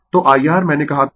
तो Ir मैंने कहा 55